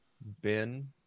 Ben